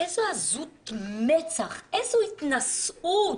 איזו עזות מצח, איזו התנשאות